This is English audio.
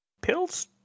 pills